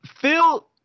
Phil